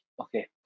Okay